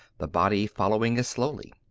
the body following as slowly.